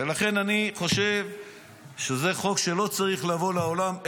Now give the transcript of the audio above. ולכן, אני חושב שזה חוק שלא צריך לבוא לעולם.